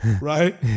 right